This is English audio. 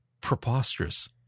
preposterous